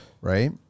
right